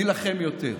נילחם יותר.